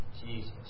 Jesus